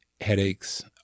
headaches